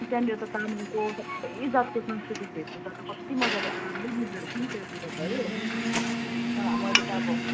त्यहाँनिर त तामाङको सबै जातको सांस्कृतिक भेषभूषा त कति मजाले आरामले मिल्दोरहेछ नि त्यहाँबाट त हो तर मैले त अब